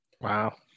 Wow